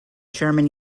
german